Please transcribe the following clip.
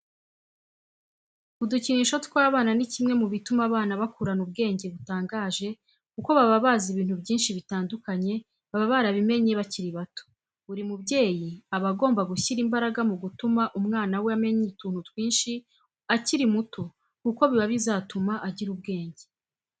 Udukinisho tw'abana ni kimwe mubituma abana bakurana ubwenge butangaje kuko baba bazi ibintu byinshi bitandukanye baba barabimenye bakiri bato. Buri mubyeyi aba agomba gushyira imbaraga mu gutumwa umwana we amenya utuntu twinshi akiri muto kuko biba bizatuma agira ubwenge.